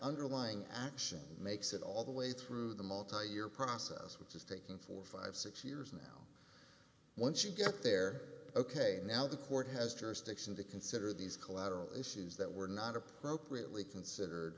underlying action makes it all the way through the multi year process which is taking four five six years now once you get there ok now the court has jurisdiction to consider these collateral issues that were not appropriately considered